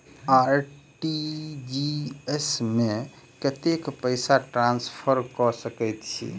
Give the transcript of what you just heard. RTGS मे कतेक पैसा ट्रान्सफर कऽ सकैत छी?